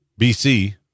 BC